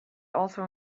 also